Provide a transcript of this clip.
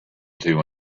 two